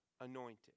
anointed